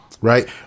Right